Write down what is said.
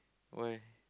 why